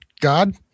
God